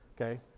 okay